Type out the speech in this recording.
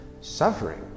Suffering